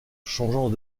changeant